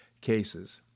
cases